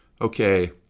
Okay